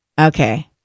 Okay